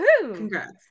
Congrats